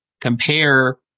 compare